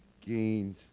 gained